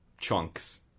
chunks